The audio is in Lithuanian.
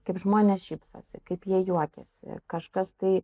kaip žmonės šypsosi kaip jie juokiasi kažkas tai